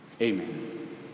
amen